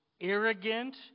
arrogant